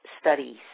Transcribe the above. studies